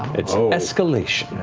it's escalation.